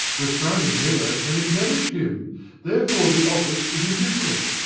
your slander never can endamage him therefore the office is indifferent,